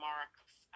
Mark's